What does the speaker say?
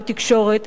בתקשורת,